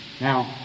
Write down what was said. Now